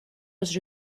was